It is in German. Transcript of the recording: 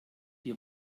die